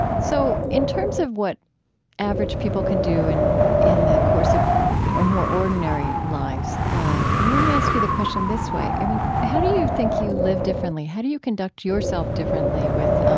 so in terms of what average people can do in in the course of you know more ordinary lives, let me ask you the question this way. i mean, how do you think you live differently? how do you conduct yourself differently with, um,